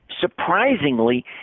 surprisingly